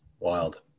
Wild